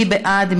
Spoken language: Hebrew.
מי בעד?